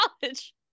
college